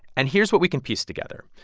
and here's what we can piece together.